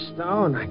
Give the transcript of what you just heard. Stone